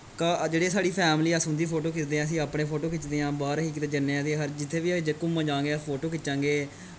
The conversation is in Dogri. जेह्ड़ी साढ़ी फैमली ऐ अस उं'दी फोटो खिचदे आं अस अपनी फोटो खिचदे आं बाह्र अस कि जन्ने आं ते हर जित्थें बी अस घूमन जां गे अस फोटो खिच्चां गे